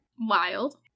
Wild